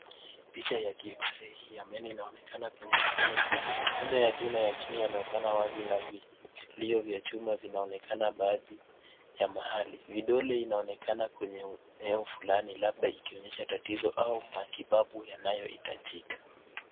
Picha ya kieksirei ya meno inaonekana kwenye skrini kubwa. Meno ya juu na ya chini yanaonekana wazi na vilio vya chuma vinaonekana baadhi ya mahali. Vidole inaonekana kwenye eneo fulani labda ikionyesha tatizo au matibabu yanayohitajika.